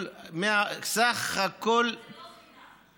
סך הכול, זה לא חינם.